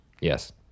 Yes